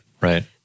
right